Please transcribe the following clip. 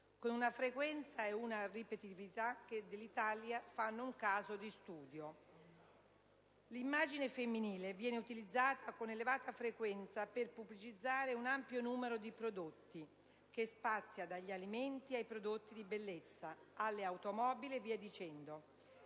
con una frequenza e una ripetitività che fanno dell'Italia un caso di studio. L'immagine femminile viene utilizzata con elevata frequenza per pubblicizzare un ampio numero di prodotti che spazia dagli alimenti, ai prodotti di bellezza, alle automobili e via dicendo.